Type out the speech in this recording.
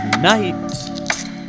night